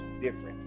different